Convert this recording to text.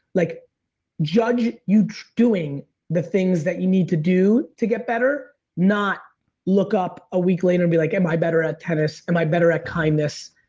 like judge you doing the things that you need to do to get better, not look up a week later, and be like am i better at tennis? am i better at kindness?